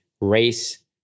race